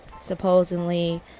supposedly